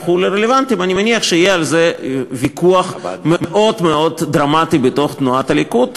אני מניח שיהיה על זה ויכוח מאוד מאוד דרמטי בתוך תנועת הליכוד,